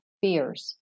fears